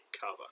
cover